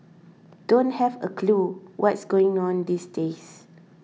don't have a clue what's going on these days